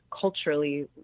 culturally